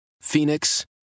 Phoenix